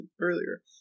earlier